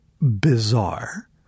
bizarre